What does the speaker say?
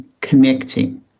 connecting